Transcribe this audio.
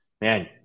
man